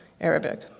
Arabic